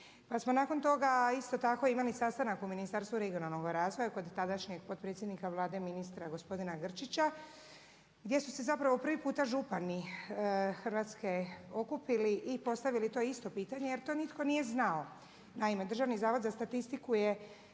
Pa smo nakon toga isto tako imali sastanak u Ministarstvu regionalnog razvoja kod tadašnjeg potpredsjednika Vlade, ministra gospodina Grčića, gdje su se zapravo prvi puta župani Hrvatske okupili i postavili to isto pitanje jer to nitko nije znao. Naime, Državni zavod za statistiku je